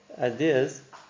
ideas